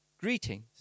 Greetings